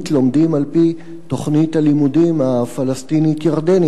לומדים על-פי תוכנית הלימודים הפלסטינית-ירדנית,